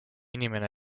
inimene